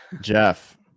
Jeff